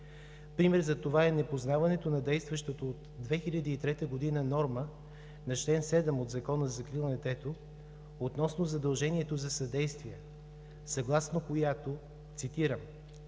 Пример за това е и непознаването на действащата от 2003 г. норма на чл. 7 от Закона за закрила на детето относно задължението за съдействие, съгласно която, цитирам: